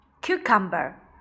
Cucumber